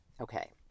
Okay